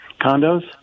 condos